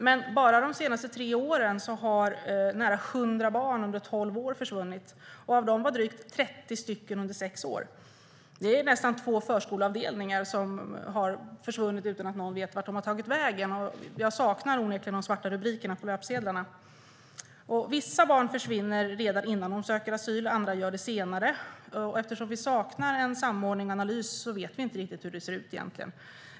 Men bara de senaste tre åren har nära 100 barn under tolv år försvunnit. Av dem var drygt 30 stycken under sex år. Det är nästan två förskoleavdelningar som har försvunnit utan att någon vet vart de har tagit vägen. Jag saknar onekligen de svarta rubrikerna på löpsedlarna. Vissa barn försvinner redan innan de söker asyl. Andra gör det senare. Eftersom vi saknar en samordning och analys vet vi inte riktigt hur det ser ut egentligen.